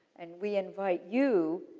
and, we invite you,